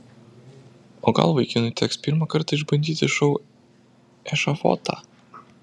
o gal vaikinui teks pirmą kartą išbandyti šou ešafotą